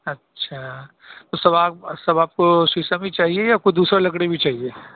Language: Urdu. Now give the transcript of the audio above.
اچھا تو سب آپ سب آپ کو شیسم ہی چاہیے یا کوئی دوسرا لکڑی بھی چاہیے